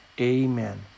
amen